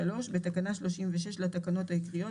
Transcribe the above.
(3)בתקנה 36 לתקנות העיקריות,